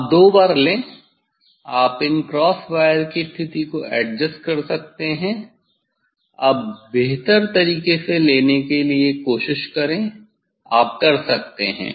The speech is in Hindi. आप दो बार लें आप इन क्रॉस वायर की स्थिति को एडजस्ट कर सकते हैं अब बेहतर तरीके से लेने की कोशिश करें आप कर सकते हैं